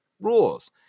rules